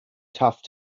tough